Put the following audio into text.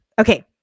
Okay